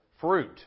fruit